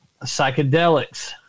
psychedelics